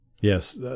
Yes